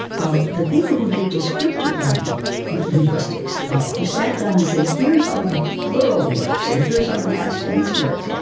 ah the people who did descriptive language linguistics who sat down and said, here's how the plural works, and here's how the past tense works,